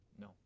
No